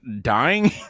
dying